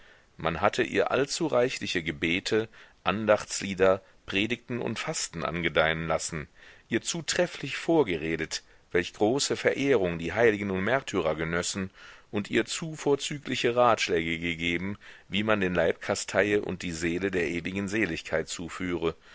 man hatte ihr allzu reichliche gebete andachtslieder predigten und fasten angedeihen lassen ihr zu trefflich vorgeredet welch große verehrung die heiligen und märtyrer genössen und ihr zu vorzügliche ratschläge gegeben wie man den leib kasteie und die seele der ewigen seligkeit zuführe